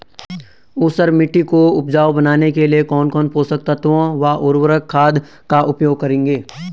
ऊसर मिट्टी को उपजाऊ बनाने के लिए कौन कौन पोषक तत्वों व उर्वरक खाद का उपयोग करेंगे?